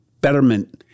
betterment